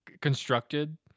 constructed